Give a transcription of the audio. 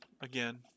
again